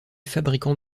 fabricant